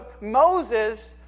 Moses